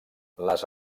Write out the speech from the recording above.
les